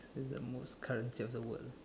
who's the most current state of the world